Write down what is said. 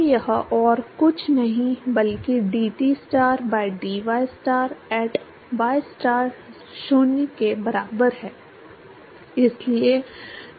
तो यह और कुछ नहीं बल्कि dTstar by dystar at ystar 0 के बराबर है